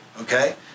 Okay